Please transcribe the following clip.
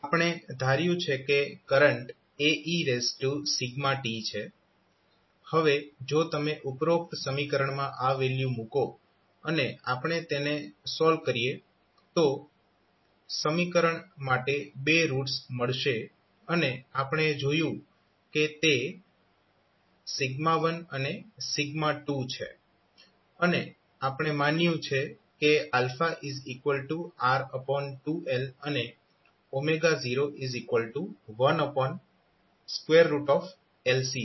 આપણે ધાર્યું છે કે કરંટ Aet છે હવે જો તમે ઉપરોક્ત સમીકરણમાં આ વેલ્યુ મૂકો અને આપણે તેને સોલ્વ કરો તો સમીકરણ માટે બે રૂટ્સ મળશે અને આપણે જોયું કે તે 1 અને 2 છે અને આપણે માન્યુ છે કે R2L અને 01LC છે